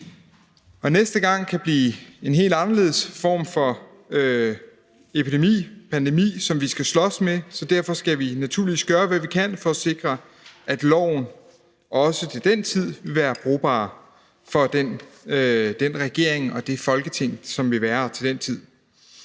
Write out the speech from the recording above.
og næste gang kan det blive en helt anderledes form for epidemi, pandemi, som vi skal slås med, så derfor skal vi naturligvis gøre, hvad vi kan for at sikre, at loven også til den tid vil være brugbar for den regering og det Folketing, som måtte være her til den tid.